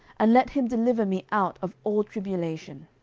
and let him deliver me out of all tribulation.